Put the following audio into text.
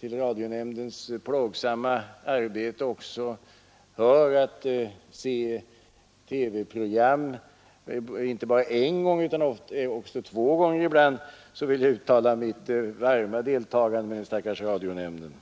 till radionämndens plågsamma arbete också hör att se TV-program inte bara en gång utan ibland också två gånger, vill jag uttala mitt varma deltagande med den stackars radionämnden.